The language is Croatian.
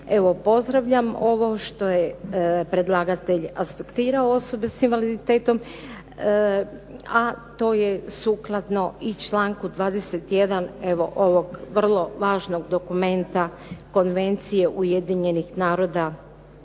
pozdravljam ovo što je predlagatelj aspektirao osobe s invaliditetom, a to je sukladno i članku 21. evo ovog vrlo važnog dokumenta, Konvencije Ujedinjenih naroda